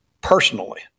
personally